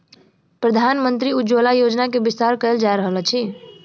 प्रधानमंत्री उज्ज्वला योजना के विस्तार कयल जा रहल अछि